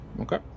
Okay